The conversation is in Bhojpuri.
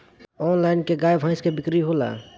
आनलाइन का गाय भैंस क बिक्री होला?